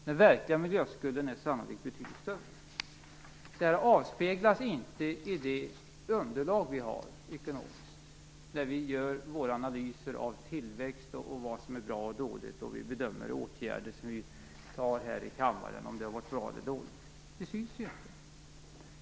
Den verkliga miljöskulden är sannolikt betydligt större. Detta avspeglas inte i det ekonomiska underlag vi har när vi gör våra analyser av tillväxt, vad som är bra eller dåligt och när vi bedömer om åtgärder som vi fattat beslut om här i kammaren har varit bra eller dåliga.